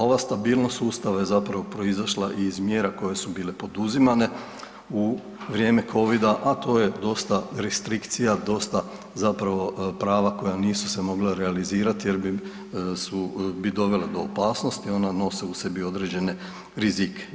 Ova stabilnost sustava je zapravo proizašla iz mjera koje su bile poduzimane u vrijeme Covida, a to je dosta restrikcija, dosta zapravo prava koja nisu se mogla realizirati jer bi dovela do opasnosti, ona nose u sebi određene rizike.